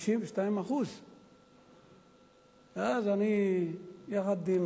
52%. אז אני, יחד עם